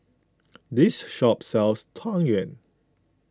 this shop sells Tang Yuen